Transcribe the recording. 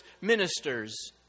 ministers